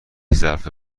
ظرف